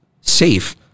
safe